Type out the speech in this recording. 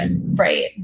Right